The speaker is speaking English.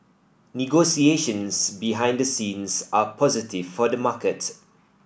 negotiations behind the scenes are positive for the market